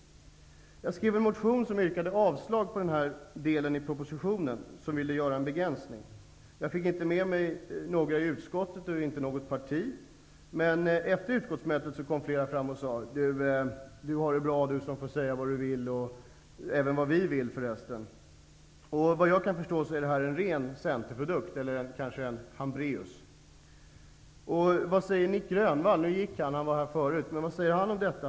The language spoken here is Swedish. Jag skrev en motion, där jag yrkade avslag på den del i propositionen där regeringen vill göra en begränsning. Jag fick inte med mig någon i utskottet, men efter utskottssammanträdet kom flera ledamöter fram till mig och sade: Du har det bra du, som får säga vad du vill -- även vad vi vill, för resten. Vad jag kan förstå är regeringsförslaget en ren centerprodukt eller en Hambraeusprodukt. Vad säger Nic Grönvall? Han har gått nu, men han var här förut.